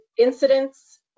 incidents